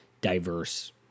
diverse